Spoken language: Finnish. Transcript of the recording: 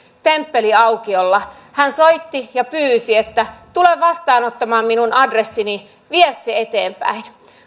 temppeliaukiolla hän soitti ja pyysi että tule vastaanottamaan minun adressini vie se eteenpäin